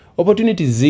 opportunities